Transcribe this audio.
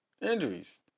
Injuries